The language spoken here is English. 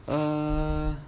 uh